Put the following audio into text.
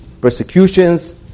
persecutions